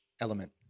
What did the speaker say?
element